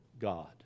God